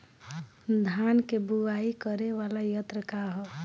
धान के बुवाई करे वाला यत्र का ह?